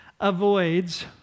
avoids